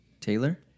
Taylor